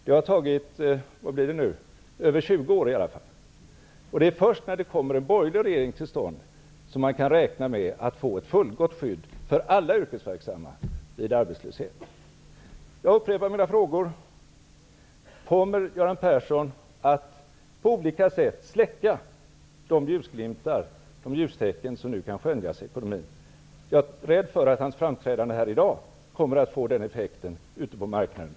Det har nu gått över 20 år sedan dess, och det är först när det kommer en borgerlig regering till stånd som man kan räkna med att få ett fullgott skydd för alla yrkesverksamma vid arbetslöshet. Jag upprepar mina frågor: Kommer Göran Persson att på olika sätt släcka de ljustecken som nu kan skönjas i ekonomin? Jag är rädd för att Göran Perssons framträdande här i dag kommer att få den effekten ute på marknaden.